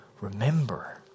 remember